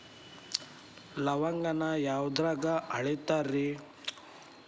ಲವಂಗಾನ ಯಾವುದ್ರಾಗ ಅಳಿತಾರ್ ರೇ?